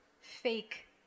fake